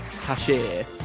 cashier